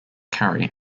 carry